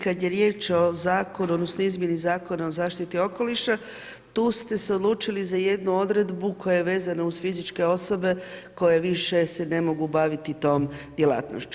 Kad je riječ o Zakonu odnosno Izmjeni zakona o zaštiti okoliša, tu ste se odlučili za jednu odredbu koja je vezana za fizičke osobe koje više se ne mogu baviti tom djelatnošću.